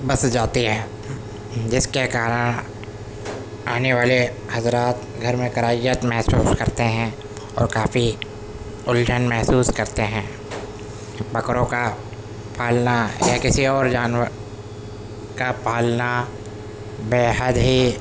بس جاتے ہیں جس کے کارن آنے والے حضرات گھر میں کراہیت محسوس کرتے ہیں اور کافی الجھن محسوس کرتے ہیں بکروں کا پالنا یا کسی اور جانور کا پالنا بے حد ہی